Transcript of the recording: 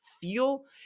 feel